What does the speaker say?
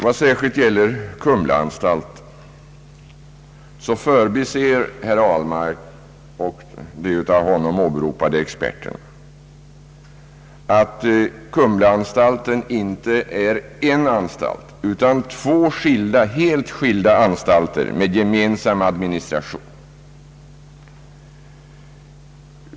Vad särskilt gäller Kumlaanstalten så förbiser herr Ahlmark och de av honom åberopade experterna, att Kumlaanstalten inte är en anstalt utan två helt skilda anstalter med gemensam administration.